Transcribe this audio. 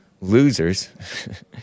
losers